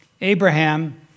Abraham